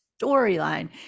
storyline